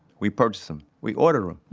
we purchase them. we order em.